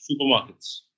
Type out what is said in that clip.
supermarkets